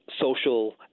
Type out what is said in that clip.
social